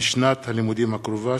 משנת הלימודים הקרובה,